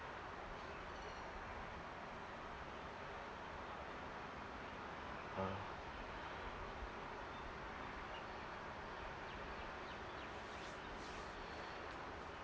uh